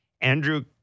Andrew